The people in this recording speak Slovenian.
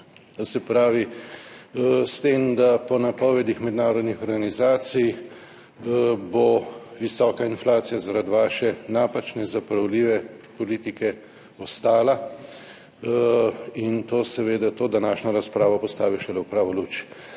dobrih 10 %, s tem, da po bo napovedih mednarodnih organizacij visoka inflacija zaradi vaše napačne, zapravljive politike ostala in to seveda to današnjo razpravo postavil šele v pravo luč.